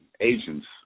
agents